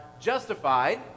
justified